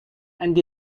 and